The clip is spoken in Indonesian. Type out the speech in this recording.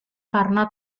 karena